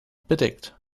bedeckt